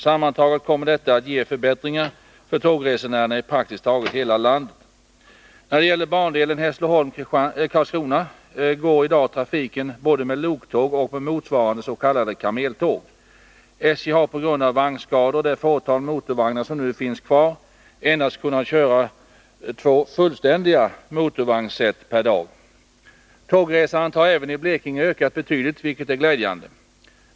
Sammantaget kommer detta att ge förbättringar för tågresenärerna i praktiskt taget hela landet. Tågresandet har även i Blekinge ökat betydligt, vilket är glädjande.